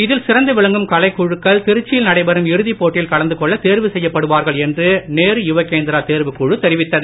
இதில் சிறந்து விளங்கும் கலை குழுக்கள் திருச்சியில் நடைபெறும் இறுதி போட்டியில் கலந்துகொள்ள தேர்வு செய்யப்படுவார்கள் என்று நேரு யுவகேந்திரா தேர்வுக்குழு தெரிவித்தது